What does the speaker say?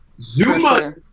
Zuma